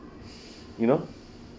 you know